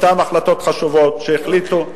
אותן החלטות חשובות שהחליטו,